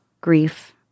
Grief